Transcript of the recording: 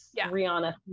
Rihanna